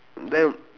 then